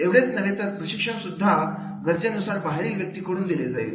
एवढेच नव्हे तर प्रशिक्षण सुद्धा गरजेनुसार बाहेरील व्यक्तीकडून दिले जाईल